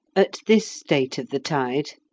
at this state of the tide,